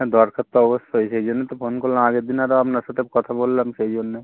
হ্যাঁ দরকার তো অবশ্যই সেই জন্যই তো ফোন করলাম আগের দিনেরও আপনার সাথে কথা বললাম সেই জন্যে